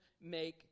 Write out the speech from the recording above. make